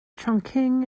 chongqing